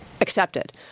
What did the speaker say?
accepted